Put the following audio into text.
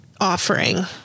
offering